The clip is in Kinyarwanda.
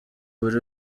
buri